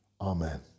Amen